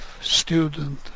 student